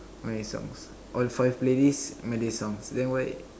how many songs all five playlist many songs then why